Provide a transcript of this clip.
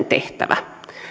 tehtävä